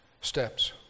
steps